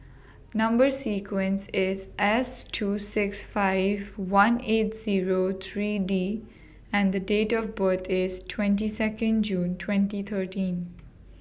Number sequence IS S two six five one eight Zero three D and The Date of birth IS twenty Second June twenty thirteen